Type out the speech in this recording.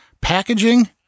Packaging